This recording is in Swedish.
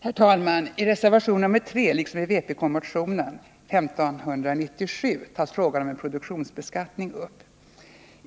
Herr talman! I reservation 3 liksom i vpk-motion 1597 tas frågan om en produktionsbeskattning upp.